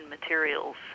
materials